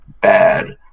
bad